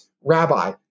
rabbi